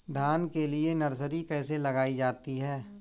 धान के लिए नर्सरी कैसे लगाई जाती है?